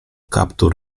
kaptur